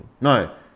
No